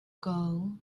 goal